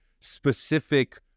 specific